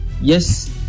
yes